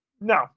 No